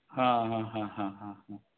हाँ हाँ हाँ हाँ हाँ हाँ